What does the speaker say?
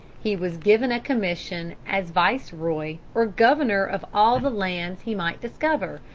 he was given a commission as viceroy or governor of all the lands he might discover,